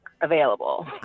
available